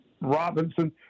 Robinson